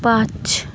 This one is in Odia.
ପାଞ୍ଚ